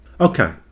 Okay